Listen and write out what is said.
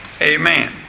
Amen